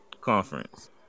Conference